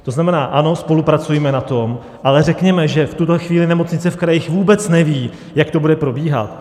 To znamená ano, spolupracujme na tom, ale řekněme, že v tuhle chvíli nemocnice v krajích vůbec nevědí, jak to bude probíhat.